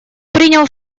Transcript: принял